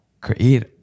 create